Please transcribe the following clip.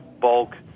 bulk